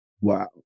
Wow